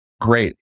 great